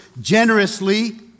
generously